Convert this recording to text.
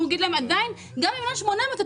הוא יגיד להם שגם ב-1.8 מיליון,